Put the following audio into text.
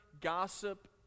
gossip